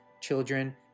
children